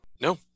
No